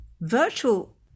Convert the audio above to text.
Virtual